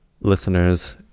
listeners